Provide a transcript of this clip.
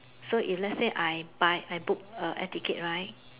so if let's say I buy I book a air ticket right